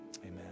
amen